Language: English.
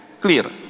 clear